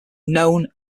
known